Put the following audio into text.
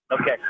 Okay